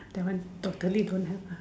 that one totally don't have ah